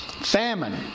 Famine